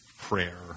prayer